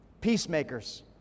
Peacemakers